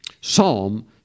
Psalm